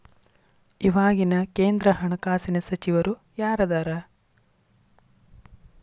ಇವಾಗಿನ ಕೇಂದ್ರ ಹಣಕಾಸಿನ ಸಚಿವರು ಯಾರದರ